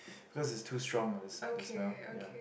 cause it's too strong the the smell ya